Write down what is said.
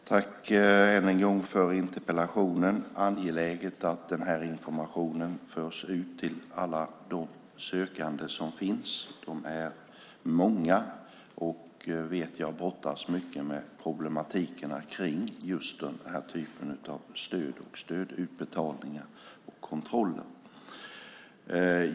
Fru talman! Jag tackar än en gång för interpellationen. Det är angeläget att denna information förs ut till alla de sökande som finns. De är många och brottas mycket med problematiken kring just denna typ av stöd, stödutbetalningar och kontroller.